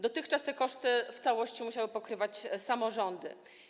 Dotychczas te koszty w całości musiały pokrywać samorządy.